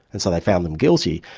and so they found them guilty.